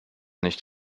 nicht